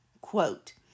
Quote